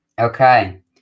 Okay